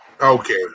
okay